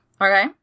okay